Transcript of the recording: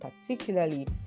particularly